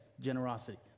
generosity